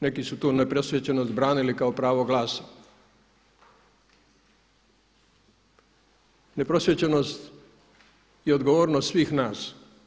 Neki su tu neprosvijećenost branili kao pravo glasa, neprosvijećenost i odgovornost svih nas.